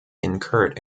incurred